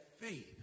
faith